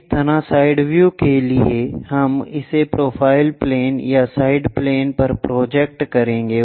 इसी तरह side view के लिए हम इसे प्रोफाइल प्लेन या साइड प्लेन पर प्रोजेक्ट करेंगे